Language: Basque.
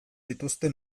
dituzte